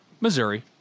Missouri